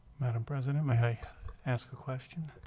madam president may i ask a question,